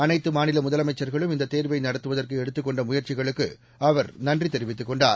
அனைத்துமாநிலமுதலமைச்சர்களும் இந்ததேர்வைநடத்துவதற்குஎடுத்துக் கொண்டமுயற்சிகளுக்குஅவர் நன்றிதெரிவித்துக்கொண்டார்